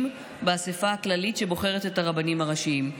באספה הכללית שבוחרת את הרבנים הראשיים.